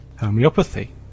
Homeopathy